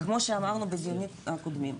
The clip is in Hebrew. כמו שאמרנו בדיונים הקודמים,